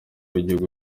w’igihugu